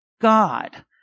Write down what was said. God